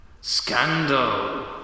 Scandal